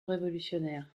révolutionnaire